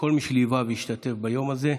לכל מי שליווה והשתתף ביום הזה,